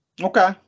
Okay